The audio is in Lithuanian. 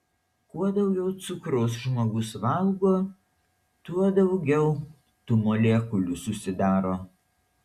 kuo daugiau cukraus žmogus valgo tuo daugiau tų molekulių susidaro